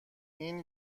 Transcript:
این